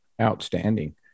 outstanding